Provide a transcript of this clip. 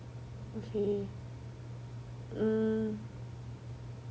okay mm